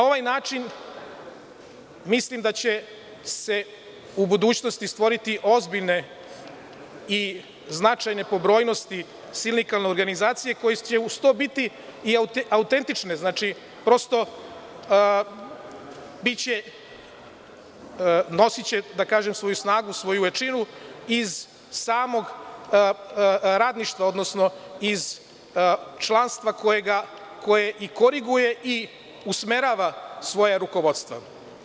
Na ovaj način, mislim da će se u budućnosti stvoriti ozbiljne i značajne po brojnosti, sindikalne organizacije koje će uz to biti i autentične, nosiće, da kažem svoju snagu, svoju jačinu iz samog radništva, odnosno iz članstva koje ga i koriguje i usmerava svoje rukovodstvo.